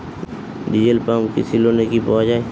Diesel pump কৃষি লোনে কি পাওয়া য়ায়?